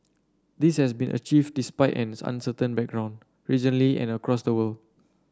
this has been achieved despite an uncertain background regionally and across the world